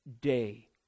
day